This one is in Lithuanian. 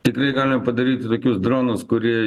tikrai galime padaryti tokius dronus kurie